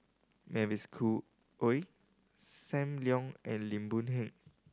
Mavis Khoo Oei Sam Leong and Lim Boon Heng